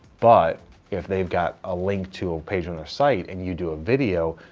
but if they've got a link to a page on their site and you do a video,